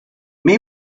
may